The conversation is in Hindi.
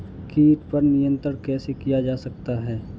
कीट पर नियंत्रण कैसे किया जा सकता है?